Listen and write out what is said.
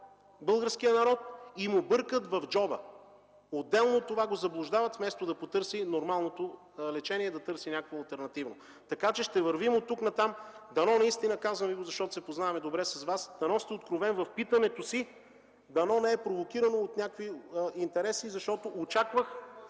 българския народ и му бъркат в джоба. Отделно от това го заблуждават, вместо да потърси нормалното лечение, да търси някакво алтернативно, така че ще вървим оттук натам. Казвам Ви го, защото се познаваме добре с Вас: дано сте откровен в питането си. Дано не е провокирано от някакви интереси, защото очаквах